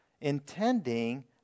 intending